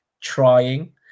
trying